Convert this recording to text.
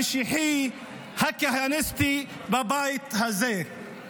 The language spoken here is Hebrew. המשיחי, הכהניסטי, בבית הזה.